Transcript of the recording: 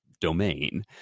domain